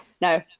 no